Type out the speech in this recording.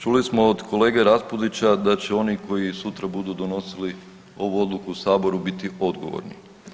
Čuli smo od kolege Raspudića da oni koji sutra budu donosili ovu odluku u Saboru odgovorni.